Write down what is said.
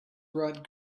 brought